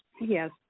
Yes